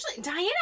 diana